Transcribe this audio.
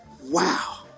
Wow